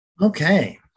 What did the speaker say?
Okay